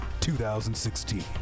2016